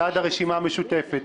ועד הרשימה המשותפת.